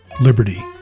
liberty